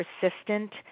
persistent